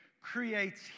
creates